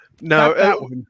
No